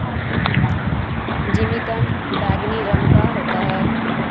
जिमीकंद बैंगनी रंग का होता है